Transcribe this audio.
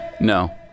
No